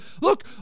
look